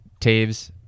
Taves